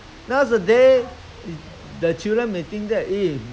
!huh! is my thing you know my own thing you know not not your own thing